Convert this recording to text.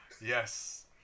Yes